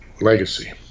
legacy